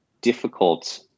difficult